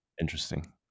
interesting